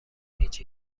هیچ